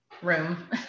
room